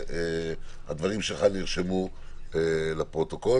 והדברים שלך נרשמו לפרוטוקול.